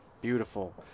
beautiful